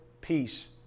peace